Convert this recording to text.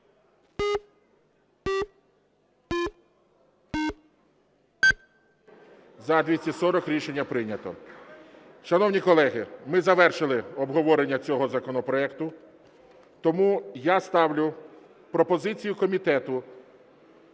За-240 Рішення прийнято. Шановні колеги, ми завершили обговорення цього законопроекту. Тому я ставлю пропозицію комітету